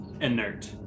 inert